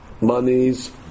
monies